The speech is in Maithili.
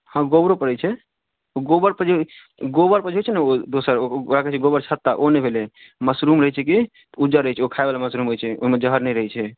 हँ गोबरो पड़ै छै गोबरपर जे गोबरपर जे रहै छै ने दोसर ओकरा कहै छै गोबर छत्ता ओ नहि भेलै मशरूम रहै छै कि ओ उज्जर रहै छै ओ खायवला होइ छै ओहिमे जहर नहि रहै छै